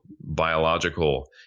biological